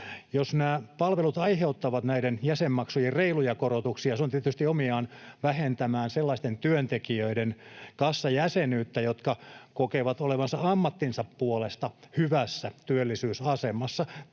Jos nämä palvelut aiheuttavat näiden jäsenmaksujen reiluja korotuksia, se on tietysti omiaan vähentämään sellaisten työntekijöiden kassajäsenyyttä, jotka kokevat olevansa ammattinsa puolesta hyvässä työllisyysasemassa